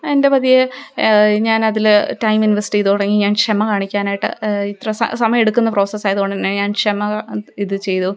എൻ്റെ പതിയേ ഞാൻ അതില് ടൈം ഇൻവെസ്റ്റെയ്തുതുടങ്ങി ഞാൻ ക്ഷമ കാണിക്കാനായിട്ട് ഇത്ര സമയമെടുക്കുന്ന പ്രോസസായതുകൊണ്ടു തന്നെ ഞാൻ ക്ഷമ ഇതു ചെയ്തു